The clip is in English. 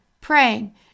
praying